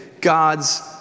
God's